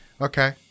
okay